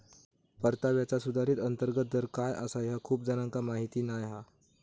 परताव्याचा सुधारित अंतर्गत दर काय आसा ह्या खूप जणांका माहीत नाय हा